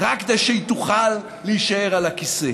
רק כדי שהיא תוכל להישאר על הכיסא.